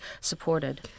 supported